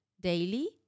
daily